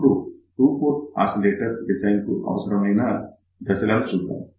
ఇప్పుడు two port oscillator డిజైన్కు అవసరమైన దశలను చూద్దాం